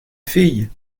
fille